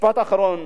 משפט אחרון,